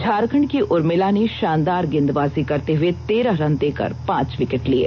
झारखंड की उर्मिला ने षानदार गेंदबाजी करते हुए तेरह रन देकर पांच विकेट लिये